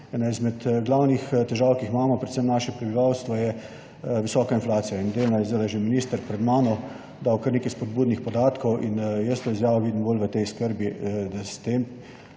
izmed glavnih težav, ki jih imamo, predvsem naše prebivalstvo, je visoka inflacija. Že minister je zdaj pred mano dal kar nekaj spodbudnih podatkov in jaz to izjavo vidim bolj v tej skrbi, da s